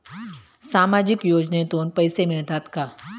सामाजिक योजनेतून पैसे मिळतात का?